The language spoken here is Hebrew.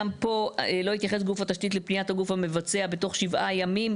גם פה לא התייחס גוף התשתית לפניית הגוף המבצע בתוך 7 ימים,